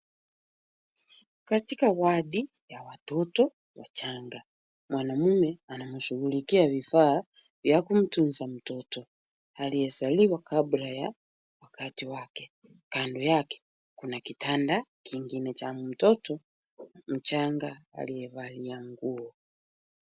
Katika wadi ya watoto wachanga, mwanamume anamshughulikia vifaa vya kumtunza mtoto aliyezaliwa kabla ya wakati wake. Kando yake, kuna kitanda kingine cha mtoto mchanga aliyevalia nguo.